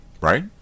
Right